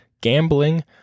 gambling